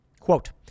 Quote